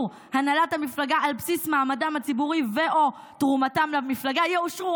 הנהלת המפלגה על בסיס מעמדם הציבורי או תרומתם למפלגה יאושרו,